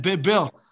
Bill